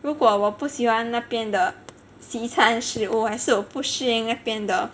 如果我不喜欢那边的西餐食物还是我不适应那边的